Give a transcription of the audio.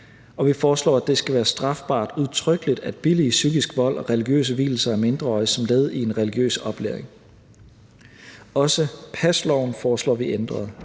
og vi foreslår, at det skal være strafbart udtrykkeligt at billige psykisk vold og religiøse vielser af mindreårige som led i en religiøs oplæring. Også pasloven foreslår vi ændret.